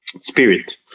spirit